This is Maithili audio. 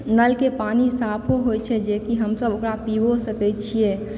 नल के पानी साफो होइ छै जेकि हमसब ओकरा पीबिओ सकै छीयै